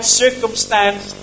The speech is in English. circumstance